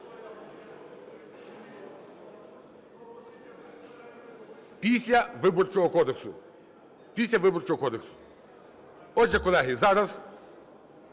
Після Виборчого кодексу. Отже, колеги, зараз